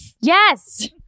Yes